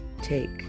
take